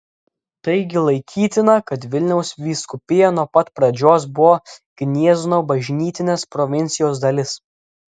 taigi laikytina kad vilniaus vyskupija nuo pat pradžios buvo gniezno bažnytinės provincijos dalis